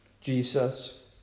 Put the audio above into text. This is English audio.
Jesus